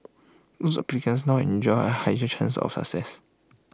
those applicants now enjoy higher chance of success